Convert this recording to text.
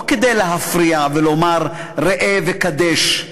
לא כדי להפריע ולומר: ראה וקדש,